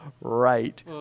right